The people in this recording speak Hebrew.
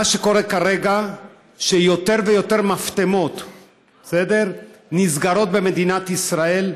מה שקורה כרגע זה שיותר ויותר מפטמות נסגרות במדינת ישראל.